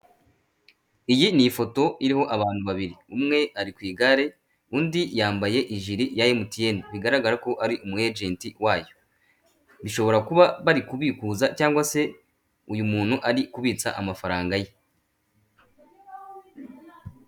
Iyi ni ifoto iriho abantu babiri, umwe ari ku igare undi yambaye ijiri ya emutiyeni bigaragara ko ari umu ajenti wayo, Bishobora kuba bari kubikuza cyangwa se uyu muntu ari kubitsa amafaranga ye.